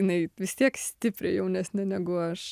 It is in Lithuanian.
jinai vis tiek stipriai jaunesnė negu aš